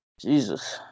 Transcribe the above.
Jesus